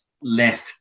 left